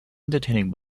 entertaining